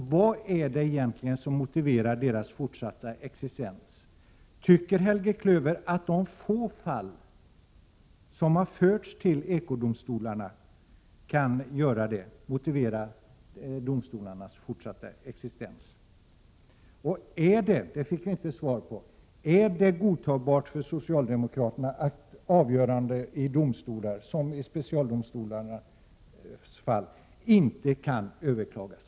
Vad är det egentligen som motiverar deras fortsatta existens? Tycker Helge Klöver att de få fall som har förts till ekodomstolarna kan motivera domstolarnas fortsatta existens? Vi fick inte svar på frågan om det är godtagbart för socialdemokraterna att avgörandet i specialdomstolarna inte kan överklagas.